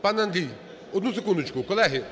Пане Андрій, одну секундочку. Колеги!